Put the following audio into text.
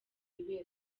ibera